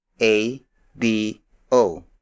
A-B-O